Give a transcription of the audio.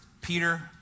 Peter